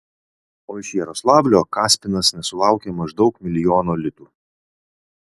o iš jaroslavlio kaspinas nesulaukė maždaug milijono litų